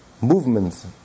movements